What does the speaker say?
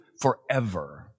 forever